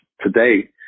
today